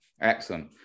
Excellent